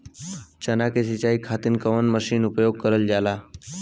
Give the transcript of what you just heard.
चना के सिंचाई खाती कवन मसीन उपयोग करल जाला?